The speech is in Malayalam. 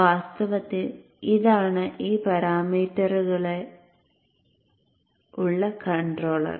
വാസ്തവത്തിൽ ഇതാണ് ഈ പാരാമീറ്ററുകളുള്ള കൺട്രോളർ